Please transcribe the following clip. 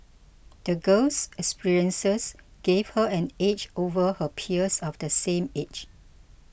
the girl's experiences gave her an edge over her peers of the same age